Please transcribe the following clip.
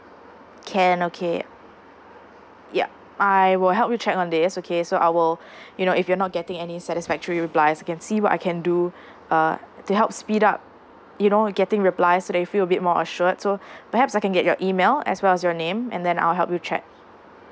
can okay yup I will help you check on this okay so I will you know if you're not getting any satisfactory replies I can see what I can do uh to help speed up you know getting replies so that you feel a bit more assured so perhaps I can get your email as well as your name and then I'll help you check